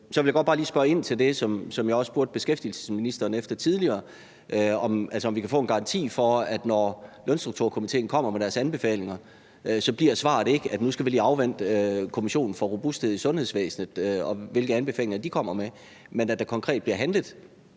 Så vil jeg godt bare lige spørge ind til det, som jeg også spurgte beskæftigelsesministeren efter tidligere, altså om vi kan få en garanti for, at svaret, når Lønstrukturkomitéen kommer med sine anbefalinger, så ikke bliver, at nu skal vi lige afvente kommissionen for robusthed i sundhedsvæsenet, og hvilke anbefalinger de kommer med, men at der konkret bliver handlet